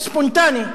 ספונטני.